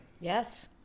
Yes